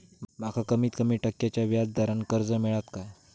माका कमीत कमी टक्क्याच्या व्याज दरान कर्ज मेलात काय?